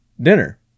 dinner